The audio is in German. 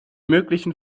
möglichen